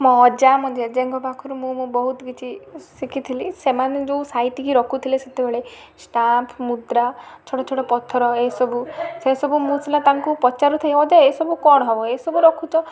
ମୋ ଅଜା ମୋ ଜେଜେଙ୍କ ପାଖରୁ ମୁଁ ମୋ ବହୁତ କିଛି ଶିଖିଥିଲି ସେମାନେ ଯେଉଁ ସାଇତି କି ରଖୁଥିଲେ ସେତେବେଳେ ଷ୍ଟାମ୍ପ ମୁଦ୍ରା ଛୋଟ ଛୋଟ ପଥର ଏ ସବୁ ସେ ସବୁ ମୁଁ ସିନା ତାଙ୍କୁ ପଚାରୁଥାଏ ଅଜା ଏ ସବୁ କ'ଣ ହବ ଏ ସବୁ ରଖୁଛ